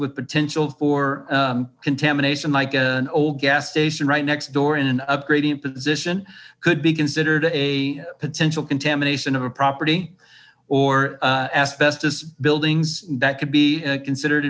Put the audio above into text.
with potential fo contamination like an old gas station right next door in an upgrading position could be considered a potential contamination of a property or asbestos buildings that could be considered